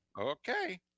Okay